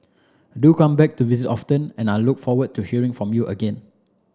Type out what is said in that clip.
do come back to visit often and I look forward to hearing from you again